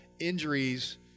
injuries